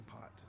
pot